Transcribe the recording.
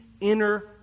inner